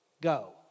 Go